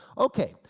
okay,